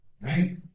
right